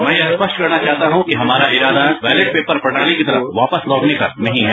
मैं यह स्पष्ट करना चाहता हूं कि हमारा इरादा बैलेट पेपर प्रणाली की तरफ वापस लौटने का नहीं है